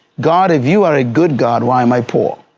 god if you are a good god, why am i poor?